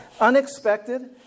Unexpected